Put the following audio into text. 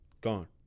gone